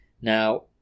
Now